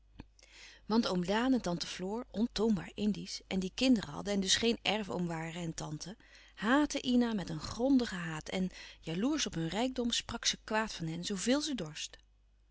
want oom daan en tante floor ontoonbaar indiesch en die kinderen hadden en dus geen erfoom waren en tante haatte ina met een grondigen haat en jaloersch op hun rijkdom sprak ze kwaad van hen zoo veel ze dorst